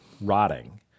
rotting